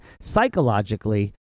psychologically